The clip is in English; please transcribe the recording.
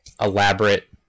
elaborate